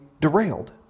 derailed